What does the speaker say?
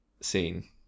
scene